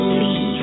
leave